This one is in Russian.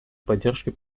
поддержкой